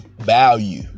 value